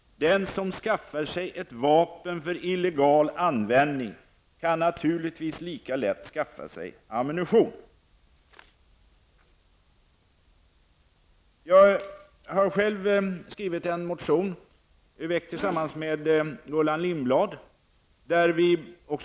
Den som skaffar sig ett vapen för illegal användning kan naturligtvis lika lätt skaffa sin ammunition.'' Själv har jag också, tillsammans med Gullan Lindblad, väckt en motion.